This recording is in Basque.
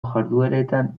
jardueretan